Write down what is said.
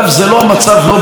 ואגב, זה לא המצב לא במקרה.